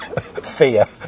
fear